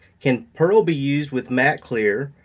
can pearl be used with matte clear,